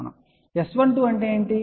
S12 అంటే ఏమిటి